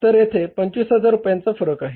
तर येथे 25000 रुपयांचा फरक आहे